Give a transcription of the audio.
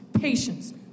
patience